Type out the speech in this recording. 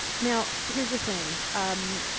now, here's the thing um,